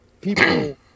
people